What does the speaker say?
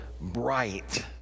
bright